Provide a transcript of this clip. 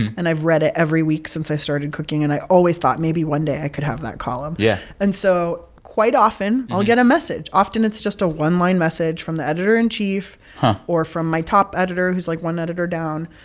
and i've read it every week since i started cooking. and i always thought, maybe one day, i could have that column yeah and so quite often, i'll get a message. often, it's just a one-line message from the editor in chief or from my top editor, who's, like, one editor down.